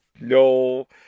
no